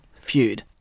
feud